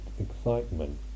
excitement